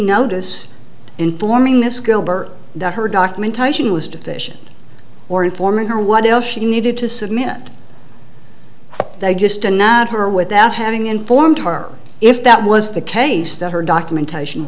notice informing this gilbert that her documentation was deficient or informing her what else she needed to submit and they just did not her without having informed her if that was the case to her documentation